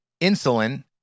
insulin